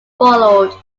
followed